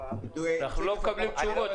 אנחנו לא מקבלים תשובות.